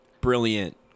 brilliant